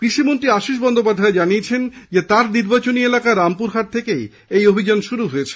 কৃষিমন্ত্রী আশীষ বন্দ্যোপাধ্যায় জানিয়েছেন তার নির্বাচনী এলাকা রামপুরহাট থেকে এই অভিযান শুরু করা হয়েছে